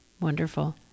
Wonderful